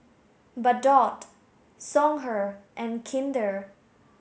Bardot Songhe and Kinder